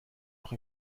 noch